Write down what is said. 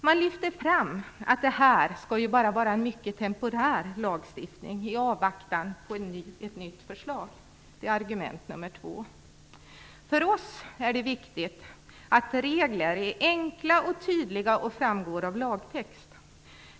Man lyfter fram att det här bara skall vara en mycket temporär lagstiftning i avvaktan på ett nytt förslag. Det är argument nummer två. För oss är det viktigt att regler är enkla, tydliga och framgår av lagtext.